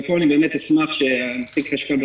ופה אני באמת אשמח שנציג חשכ"ל,